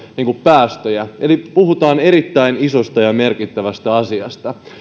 päästöjä eli puhutaan erittäin isosta ja merkittävästä asiasta